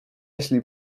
jeśli